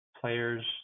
players